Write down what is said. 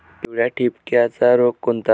पिवळ्या ठिपक्याचा रोग कोणता?